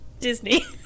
disney